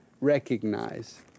recognize